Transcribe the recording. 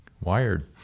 wired